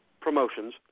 Promotions